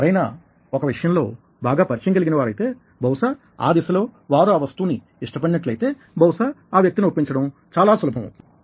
ఎవరైనా నా ఒక విషయంలో బాగా పరిచయం కలిగిన వారైతే బహుశా ఆ దిశలో వారు ఆ వస్తువుని ఇష్టపడినట్లయితే బహుశా ఆ వ్యక్తిని ఒప్పించడం చాలా సులభమవుతుంది